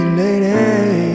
lady